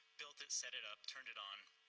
built it, set it up, turned it on.